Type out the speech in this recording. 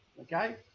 Okay